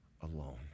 alone